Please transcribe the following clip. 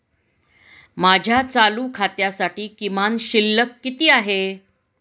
माझ्या चालू खात्यासाठी किमान शिल्लक किती आहे?